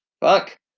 fuck